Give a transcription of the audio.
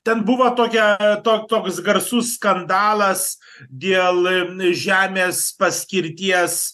ten buvo tokia to toks garsus skandalas dėl žemės paskirties